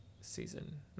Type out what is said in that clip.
season